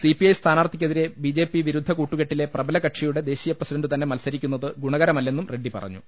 C P I സ്ഥാനാർത്ഥിക്കെതിരെ ബി ജെ പി വിരുദ്ധ കൂട്ടുകെട്ടിലെ പ്രബലകക്ഷിയുടെ ദേശീയ പ്രസിഡണ്ടു തന്നെ മത്സരിക്കുന്നത് ഗുണകരമല്ലെന്നും റെഡ്ഡി പറഞ്ഞു